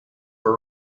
for